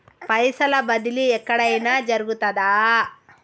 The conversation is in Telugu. పైసల బదిలీ ఎక్కడయిన జరుగుతదా?